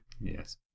Yes